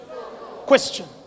Question